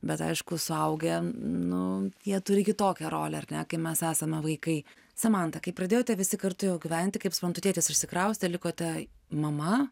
bet aišku suaugę nu jie turi kitokią rolę ar ne kai mes esame vaikai samanta kai pradėjote visi kartu jau gyventi kaip suprantu tėtis išsikraustė likote mama